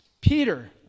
Peter